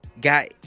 got